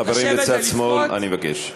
חברים בצד שמאל, אני מבקש.